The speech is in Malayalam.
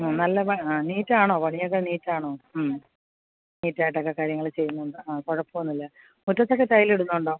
നല്ല നീറ്റ് ആണോ പണിയൊക്കെ നീറ്റ് ആണോ നീറ്റായിട്ടൊക്കെ കാര്യങ്ങൾ ചെയ്യുന്നുണ്ട് ആ കുഴപ്പം ഒന്നുമില്ല മുറ്റത്തൊക്കെ ടൈൽ ഇടുന്നുണ്ടോ